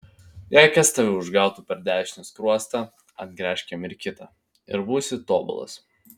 jei kas tave užgautų per dešinį skruostą atgręžk jam ir kitą ir būsi tobulas